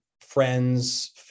friends